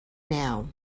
now